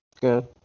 good